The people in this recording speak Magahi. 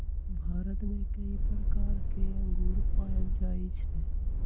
भारत में कई प्रकार के अंगूर पाएल जाई छई